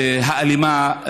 האלימה,